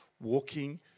walking